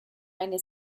eine